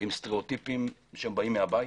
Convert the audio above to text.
עם סטריאוטיפים שבאים מהבית.